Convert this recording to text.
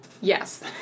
yes